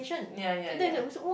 ya ya ya